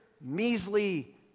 measly